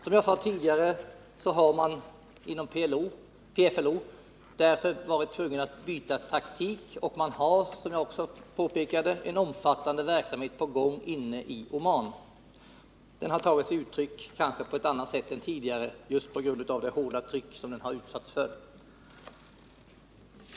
Som jag sade tidigare har man inom PFLO därför varit tvungen att byta taktik och har också, som jag påpekade, en omfattande verksamhet inne i Oman. Den har dock kanske tagit sig uttryck på ett annat sätt än tidigare, på grund av det hårda tryck som den har utsatts för.